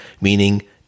Meaning